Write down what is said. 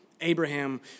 Abraham